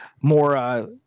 more